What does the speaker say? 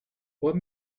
what